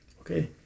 okay